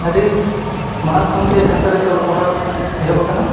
ᱟᱹᱰᱤ ᱢᱟᱲᱟᱝ ᱠᱷᱚᱱᱜᱮ ᱥᱟᱱᱛᱟᱲᱤᱛᱮ ᱚᱞᱚᱜ ᱯᱟᱲᱦᱟᱣ ᱮᱦᱚᱵ ᱟᱠᱟᱱᱟ